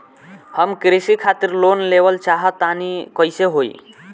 हम कृषि खातिर लोन लेवल चाहऽ तनि कइसे होई?